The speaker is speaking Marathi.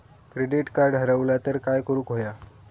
क्रेडिट कार्ड हरवला तर काय करुक होया?